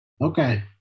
Okay